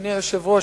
אדוני היושב-ראש,